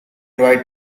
white